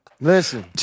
Listen